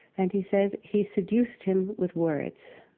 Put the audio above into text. and he says, he seduced him with words.